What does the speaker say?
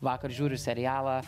vakar žiūriu serialą